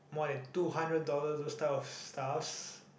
more than two hundred dollars those type of stuffs